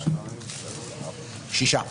שישה.